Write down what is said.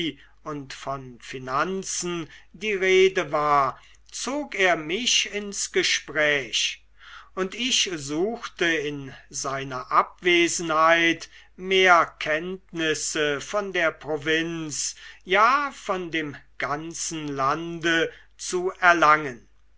und von finanzen die rede war zog er mich ins gespräch und ich suchte in seiner abwesenheit mehr kenntnisse von der provinz ja von dem ganzen lande zu erlangen